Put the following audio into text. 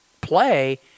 play